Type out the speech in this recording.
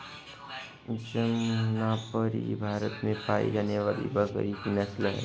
जमनापरी भारत में पाई जाने वाली बकरी की नस्ल है